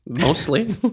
mostly